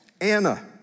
Anna